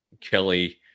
Kelly